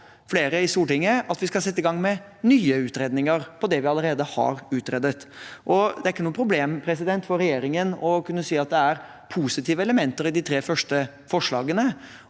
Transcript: flere i Stortinget at vi skal sette i gang med nye utredninger på det vi allerede har utredet. Det er ikke noe problem for regjeringen å kunne si at det er positive elementer i de tre første forslagene.